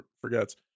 forgets